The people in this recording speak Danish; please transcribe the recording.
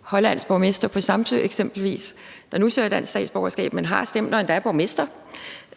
hollandsk borgmester på Samsø eksempelvis, der nu søger dansk statsborgerskab, men har stemt og endda er borgmester.